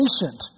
patient